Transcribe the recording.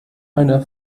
eine